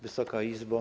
Wysoka Izbo!